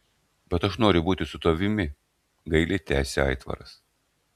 bet aš noriu būti su tavimi gailiai tęsė aitvaras